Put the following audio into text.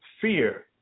fear